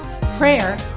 prayer